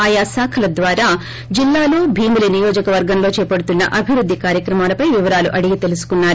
ఆయా శాఖల ద్వారా జిల్లాలో భీమిలీ నియోజకవర్గంలో చేపడుతున్న అభివృద్ధి కార్యక్రమాలపై వివరాలు అడిగి తెలుసుకున్నారు